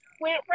went